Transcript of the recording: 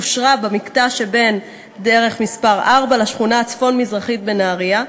אושרה במקטע שבין דרך מס' 4 לשכונה הצפון-מזרחית בנהרייה.